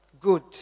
good